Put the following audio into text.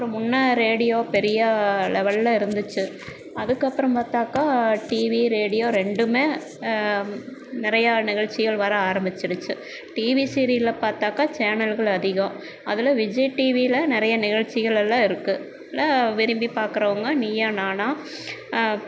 அப்புறம் முன்னே ரேடியோ பெரிய லெவலில் இருந்துச்சு அதுக்கப்புறம் பார்த்தாக்கா டிவி ரேடியோ ரெண்டுமே நிறையா நிகழ்ச்சிகள் வர ஆரம்பிச்சிடுச்சு டிவி சீரியலில் பார்த்தாக்கா சேனல்கள் அதிகம் அதில் விஜய் டிவியில் நிறைய நிகழ்ச்சிகள் எல்லாம் இருக்குது விரும்பி பார்க்குறவங்க நீயா நானா